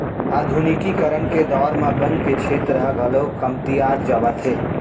आधुनिकीकरन के दौर म बन के छेत्र ह घलौ कमतियात जावत हे